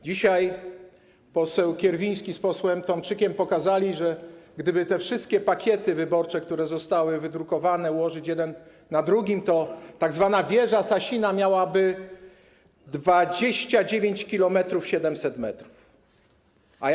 Dzisiaj poseł Kierwiński z posłem Tomczykiem pokazali, że gdyby te wszystkie pakiety wyborcze, które zostały wydrukowane, ułożyć jeden na drugim, to tzw. wieża Sasina miałaby 29,7 km.